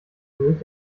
höhlt